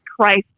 Christ